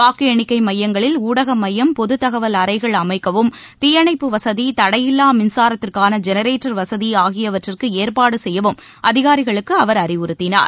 வாக்கு எண்ணிக்கை மையங்களில் ஊடக மையம் பொது தகவல் அறைகள் அமைக்கவும் தீயணைப்பு வசதி தடையில்லா மின்சாரத்திற்கான ஜெனரேட்டர் வசதி ஆகியவற்றுக்கு ஏற்பாடு செய்யவும் அதிகாரிகளுக்கு அவர் அறிவுறுத்தினார்